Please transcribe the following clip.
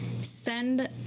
send